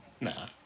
Nah